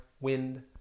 wind